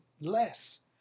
less